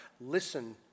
Listen